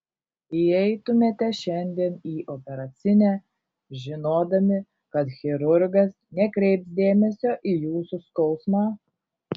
įeitumėte šiandien į operacinę žinodami kad chirurgas nekreips dėmesio į jūsų skausmą